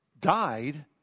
died